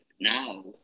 now